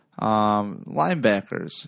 linebackers